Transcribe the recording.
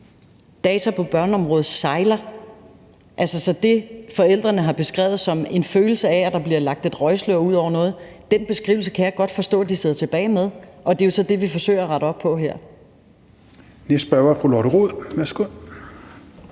data på børneområdet sejler, og hvor forældrene har beskrevet det som en følelse af, at der bliver lagt et røgslør ud over noget, og den følelse kan jeg godt forstå at de sidder tilbage med, og det er jo så det, vi forsøger at rette op på her. Kl. 13:35 Tredje næstformand (Rasmus